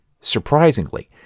surprisingly